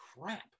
crap